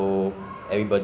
laptop should be